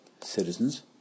citizens